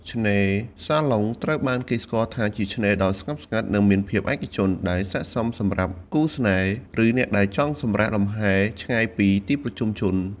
ឆ្នេរសាឡុង ត្រូវបានគេស្គាល់ថាជាឆ្នេរដ៏ស្ងប់ស្ងាត់ និងមានភាពឯកជន ដែលស័ក្តិសមសម្រាប់គូស្នេហ៍ ឬអ្នកដែលចង់សម្រាកលំហែឆ្ងាយពីទីប្រជុំជន។